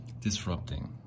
disrupting